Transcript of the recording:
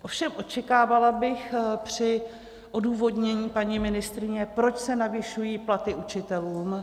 Ovšem očekávala bych při odůvodnění paní ministryně, proč se navyšují platy učitelům.